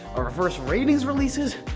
our first ratings releases.